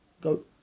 Go